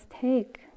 take